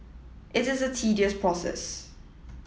it is a tedious process